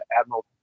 Admiral